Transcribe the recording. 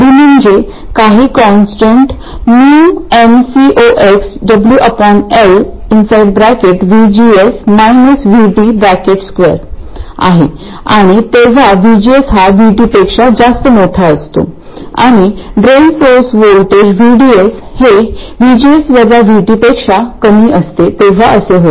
ID म्हणजे काही constant µnCoxWL2आहे आणि जेव्हा VGS हा V T पेक्षा जास्त मोठा असतो आणि ड्रेन सोर्स व्होल्टेज VDS हे VGS वजा V T पेक्षा कमी असते तेव्हा असे होते